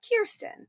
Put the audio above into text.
Kirsten